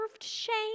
shame